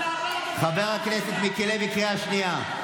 חבר הכנסת מיקי לוי, קריאה שנייה.